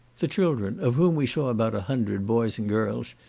the children, of whom we saw about a hundred, boys and girls,